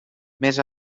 més